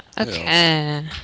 Okay